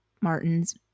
Martin's